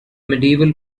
medieval